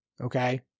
Okay